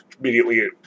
immediately